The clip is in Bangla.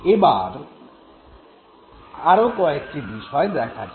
এবার আরো কয়েকটি বিষয় দেখা যাক